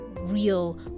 real